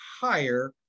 higher